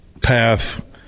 path